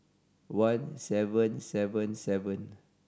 one seven seven seven